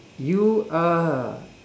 you are